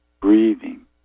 breathing